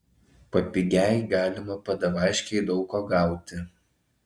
papigiaj galima padavaškėj daug ko gauti